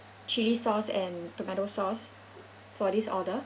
chili sauce and tomato sauce for this order